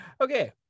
Okay